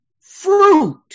fruit